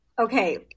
Okay